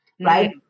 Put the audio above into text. Right